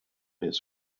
his